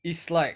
it's like